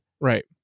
right